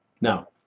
Now